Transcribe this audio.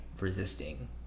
resisting